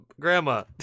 Grandma